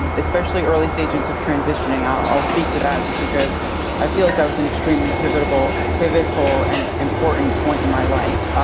and especially early stages of transitioning. i'll speak to that just because i feel like that was an extremely pivotal pivotal and ah important point in my life.